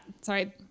Sorry